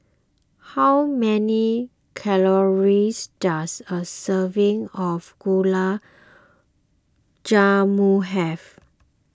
how many calories does a serving of Gulab Jamun have